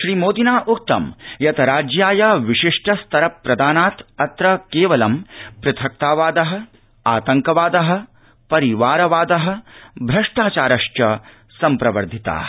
श्रीमोदिना उक्तं यत् राज्याय विशिष्ट स्तर प्रदानात् अत्र केवलं पृथक्तावाद आतङ्कवाद परिवारवाद भ्रष्टाचारश्व संप्रवर्धिता